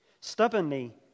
Stubbornly